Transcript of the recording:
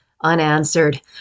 unanswered